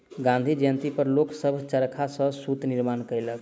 गाँधी जयंती पर लोक सभ चरखा सॅ सूत निर्माण केलक